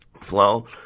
flow